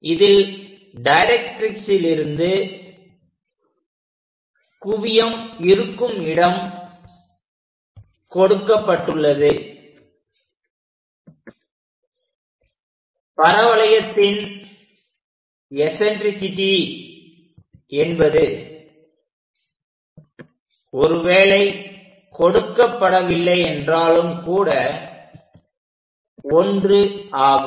இதில் டைரக்ட்ரிக்ஸிலிருந்து குவியம் இருக்குமிடம் கொடுக்கப்பட்டுள்ளது பரவளையத்தின் எஸன்ட்ரிசிட்டி என்பது ஒருவேளை கொடுக்கப் படவில்லை என்றாலும் கூட 1 ஆகும்